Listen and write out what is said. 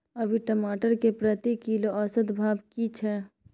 अभी टमाटर के प्रति किलो औसत भाव की छै?